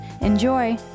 Enjoy